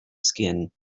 skin